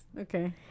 Okay